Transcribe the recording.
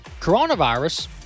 coronavirus